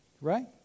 right